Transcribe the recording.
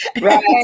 right